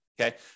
Okay